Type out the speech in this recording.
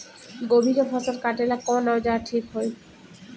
गोभी के फसल काटेला कवन औजार ठीक होई?